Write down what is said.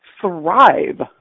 thrive